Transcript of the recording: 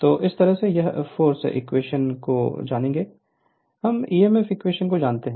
तो इस तरह से हम फोर्स इक्वेशन को जानेंगे हम ईएमएफ इक्वेशन को जानते हैं